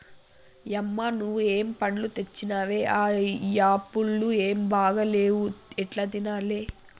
యమ్మ నువ్వు ఏం పండ్లు తెచ్చినవే ఆ యాపుళ్లు ఏం బాగా లేవు ఎట్లా తినాలే